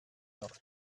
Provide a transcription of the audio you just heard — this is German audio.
noch